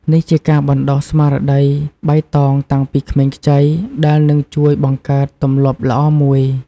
នេះជាការបណ្ដុះស្មារតីបៃតងតាំងពីក្មេងខ្ចី ដែលនឹងជួយបង្កើតទម្លាប់ល្អមួយ។